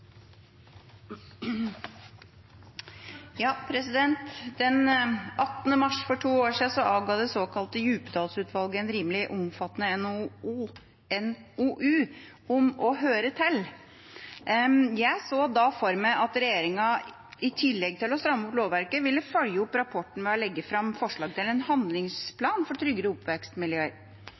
Den 18. mars for to år siden avga det såkalte Djupedal-utvalget en rimelig omfattende NOU om «Å høre til». Jeg så da for meg at regjeringa – i tillegg til å stramme opp lovverket – ville følge opp rapporten ved å legge fram forslag til en «handlingsplan for trygge oppvekstmiljøer